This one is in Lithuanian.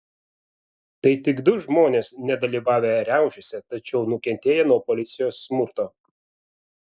tai tik du žmonės nedalyvavę riaušėse tačiau nukentėję nuo policijos smurto